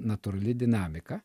natūrali dinamika